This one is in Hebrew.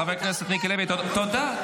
חבר הכנסת מיקי לוי, תודה רבה.